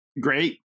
great